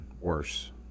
worse